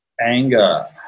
anger